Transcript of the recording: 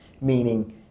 meaning